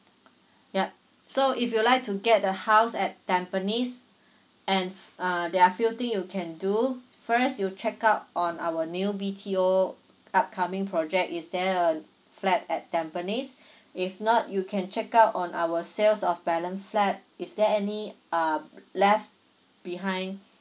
yup so if you'd like to get a house at tampines and uh there are few thing you can do first you check out on our new B_T_O upcoming project is there a flat at tampines if not you can check out on our sales of balance flat is there any um left behind